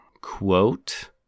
Quote